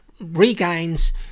regains